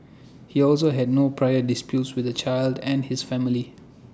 he also had no prior disputes with the child and his family